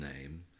name